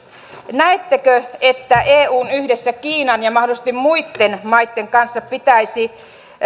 näettekö että eun yhdessä kiinan ja mahdollisesti muitten maitten kanssa pitäisi